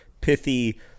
pithy